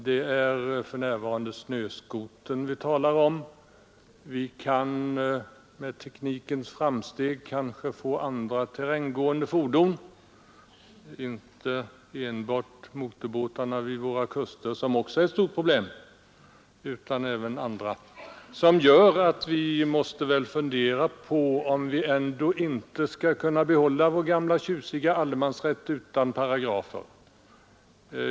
Det är för närvarande snöskotern vi talar om. Vi kan med teknikens framsteg kanske få andra terränggående fordon — det gäller inte enbart motorbåtarna vid våra kuster, som också är ett stort problem, utan även andra fortskaffningsmedel — som gör att vi måste fundera på om vi skall kunna behålla vår gamla tjusiga allemansrätt utan paragrafer.